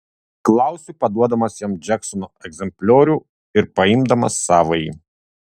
klausiu paduodamas jam džeksono egzempliorių ir paimdamas savąjį